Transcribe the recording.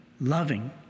loving